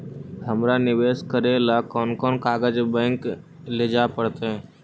हमरा निवेश करे ल कोन कोन कागज बैक लेजाइ पड़तै?